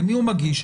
למי הוא מגיש?